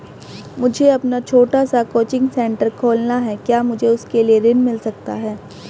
मुझे अपना छोटा सा कोचिंग सेंटर खोलना है क्या मुझे उसके लिए ऋण मिल सकता है?